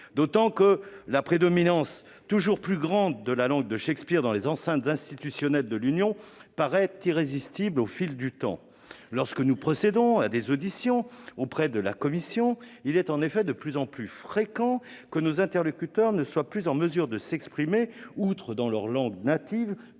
d'autant que cette prédominance toujours croissante de la langue de Shakespeare dans les enceintes institutionnelles de l'Union paraît une tendance irrésistible au fil du temps. Lorsque nous procédons à des auditions de représentants de la Commission, il est en effet de plus en plus fréquent que nos interlocuteurs ne soient plus en mesure de s'exprimer, outre dans leur langue native,